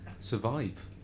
survive